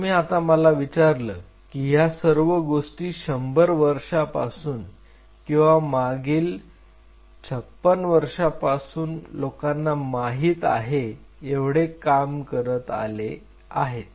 जर तुम्ही आता मला विचारलं की या सर्व गोष्टी 100 वर्षापासून किंवा मागील 56 वर्षापासून लोकांना माहित आहेस एवढे काम करत आले आहेत